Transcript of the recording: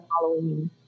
Halloween